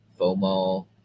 FOMO